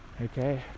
Okay